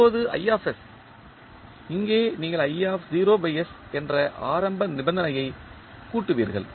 இப்போது இங்கே நீங்கள் என்ற ஆரம்ப நிபந்தனையை கூட்டுவீர்கள்